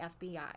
FBI